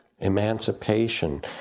emancipation